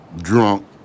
drunk